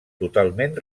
totalment